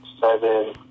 seven